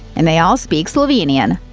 and they all speak slovenian.